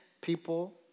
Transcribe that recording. people